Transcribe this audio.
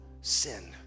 sin